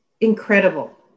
incredible